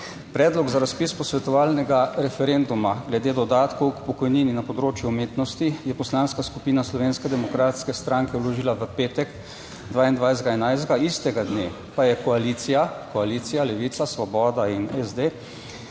Predlog za razpis posvetovalnega referenduma glede dodatkov k pokojnini na področju umetnosti je Poslanska skupina Slovenske demokratske stranke vložila v petek, 22. 11., istega dne pa je koalicija - koalicija Levica, Svoboda in SD